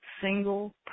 single